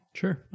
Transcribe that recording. sure